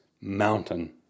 mountain